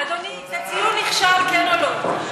אדוני, תודה, זה ציון נכשל, כן או לא?